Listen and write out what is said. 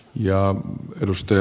arvoisa puhemies